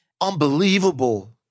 Unbelievable